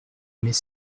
aimait